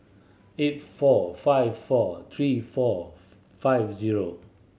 eight four five four three four five zero